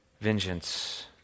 vengeance